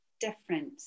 different